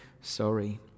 sorry